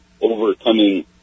overcoming